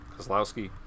Kozlowski